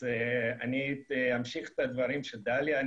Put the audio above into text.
אני אמשיך את הדברים של דליה,